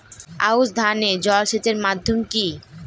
আউশ ধান এ জলসেচের মাধ্যম কি?